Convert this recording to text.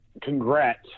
congrats